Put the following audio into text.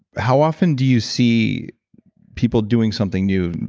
how often do you see people doing something new?